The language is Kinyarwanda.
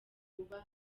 uba